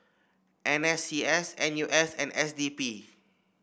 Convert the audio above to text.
N S C S N U S and S D P